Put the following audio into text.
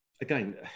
again